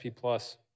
plus